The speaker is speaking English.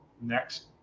next